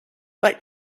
but